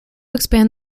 expand